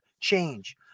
change